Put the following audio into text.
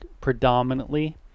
predominantly